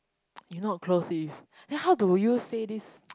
you not close with then how do you say this